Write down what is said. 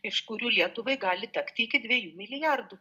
iš kurių lietuvai gali tekti iki dviejų milijardų